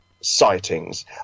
sightings